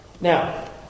Now